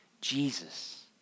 Jesus